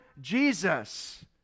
Jesus